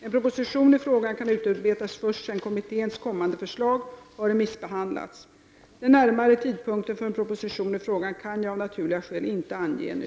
En proposition i frågan kan utarbetas först sedan kommitténs kommande förslag har remissbehandlats. Den närmare tidpunkten för en proposition i frågan kan jag av naturliga skäl inte ange nu.